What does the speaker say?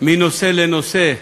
מנושא לנושא,